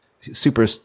super